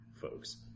folks